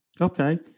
Okay